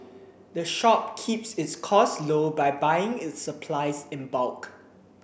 the shop keeps its costs low by buying its supplies in bulk